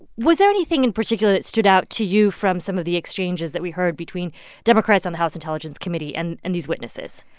was there anything in particular that stood out to you from some of the exchanges that we heard between democrats on the house intelligence committee and and these witnesses?